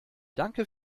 danke